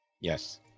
Yes